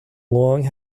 long